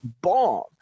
bomb